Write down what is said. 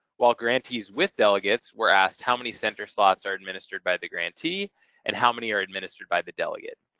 while grantees with delegates were asked, how many center slots are administered by the grantee and how many are administered by the delegate.